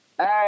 Hey